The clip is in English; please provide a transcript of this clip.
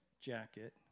jacket